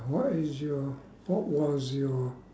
what is your what was your